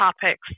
topics